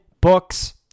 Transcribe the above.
books